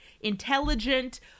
intelligent